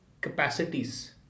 capacities